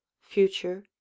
Future